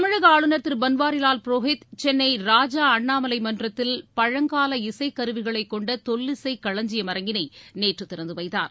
தமிழக ஆளுநர் திரு பன்வாரிலால் புரோஹித் சென்னை ராஜா அண்ணாமலை மன்றத்தில் பழங்கால இசைக்கருவிகளைக் கொண்ட தொல்லிசை களஞ்சியம் அரங்கிளை நேற்று திறந்து வைத்தார்